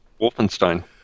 Wolfenstein